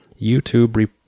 YouTube